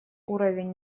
уровень